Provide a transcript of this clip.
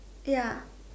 ya